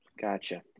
Gotcha